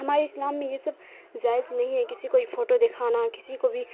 ہمارے اسلام میں یہ سب جائز نہیں ہے کسی کو بھی فوٹو دکھانا کسی کو بھی